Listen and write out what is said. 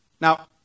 Now